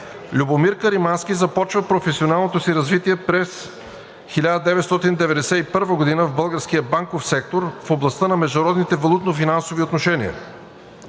Любомир Каримански започва професионалното си развитие през 1991 г. в българския банков сектор в областта на международните валутно-финансови отношения.